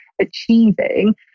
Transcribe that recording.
achieving